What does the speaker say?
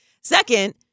Second